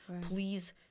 Please